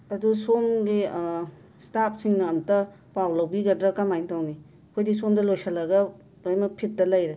ꯑꯗꯣ ꯁꯣꯝꯒꯤ ꯁ꯭ꯇꯥꯞꯁꯤꯡꯅ ꯑꯃꯨꯛꯇ ꯄꯥꯎ ꯂꯧꯕꯤꯒꯗ꯭ꯔꯥ ꯀꯃꯥꯏ ꯇꯧꯅꯤ ꯑꯩꯈꯣꯏꯗꯤ ꯁꯣꯝꯗ ꯂꯣꯏꯁꯤꯜꯂꯒ ꯂꯣꯏꯅ ꯐꯤꯠꯇ ꯂꯩꯔꯦ